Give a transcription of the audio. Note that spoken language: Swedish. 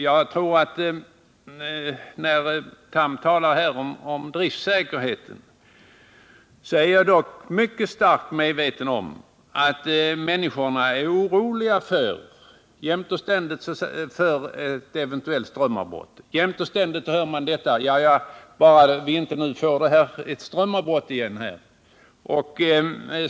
Carl Tham talar här om driftsäkerheten. Jag vet att människorna är oroliga för strömavbrott. Jämt och ständigt hör man detta: Bara vi nu inte får ett strömavbrott igen här.